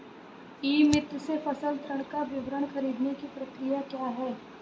ई मित्र से फसल ऋण का विवरण ख़रीदने की प्रक्रिया क्या है?